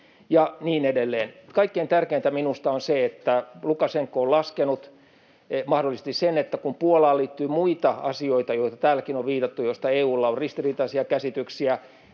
Ja niin edelleen. Kaikkein tärkeintä minusta on se, että kun Lukašenka on laskenut mahdollisesti sen, että kun Puolaan liittyy muita asioita, joihin täälläkin on viitattu, joista EU:lla on ristiriitaisia käsityksiä,